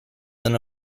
than